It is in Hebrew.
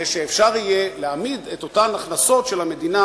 שאפשר יהיה להעמיד את אותן הכנסות של המדינה